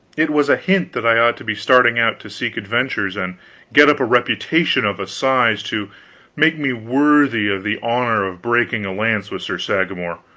it was a hint that i ought to be starting out to seek adventures and get up a reputation of a size to make me worthy of the honor of breaking a lance with sir sagramor,